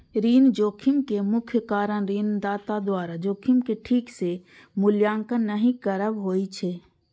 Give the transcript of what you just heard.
ऋण जोखिम के मुख्य कारण ऋणदाता द्वारा जोखिम के ठीक सं मूल्यांकन नहि करब होइ छै